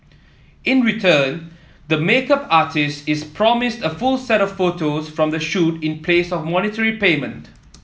in return the make up artist is promised a full set of photos from the shoot in place of monetary payment